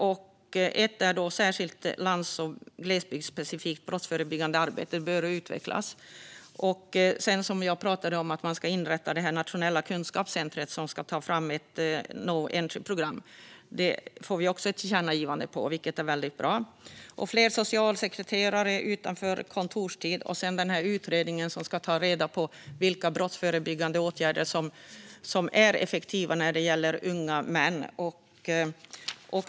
Först bör ett särskilt lands och glesbygdsspecifikt brottsförebyggande arbete utvecklas. Sedan bör, som jag pratade om, ett nationellt kunskapscentrum som ska ta fram ett no entry-program inrättas. Det har vi också ett tillkännagivande om, vilket är väldigt bra. Det bör finnas fler socialsekreterare utanför kontorstid. En utredning bör ta reda på vilka brottsförebyggande åtgärder som är effektiva när det gäller unga män.